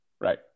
right